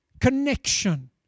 connection